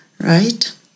Right